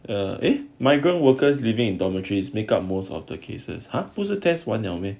err eh migrant workers living in dormitories make up most of the cases are passed the test 完了 meh